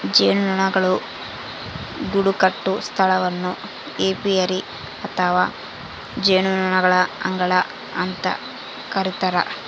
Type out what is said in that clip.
ಜೇನುನೊಣಗಳು ಗೂಡುಕಟ್ಟುವ ಸ್ಥಳವನ್ನು ಏಪಿಯರಿ ಅಥವಾ ಜೇನುನೊಣಗಳ ಅಂಗಳ ಅಂತ ಕರಿತಾರ